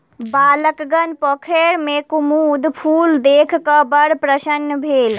बालकगण पोखैर में कुमुद फूल देख क बड़ प्रसन्न भेल